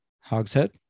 hogshead